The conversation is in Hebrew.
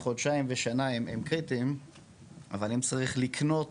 חודשיים ושנה הם קריטיים אבל אם צריך לקנות